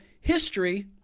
history